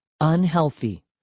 unhealthy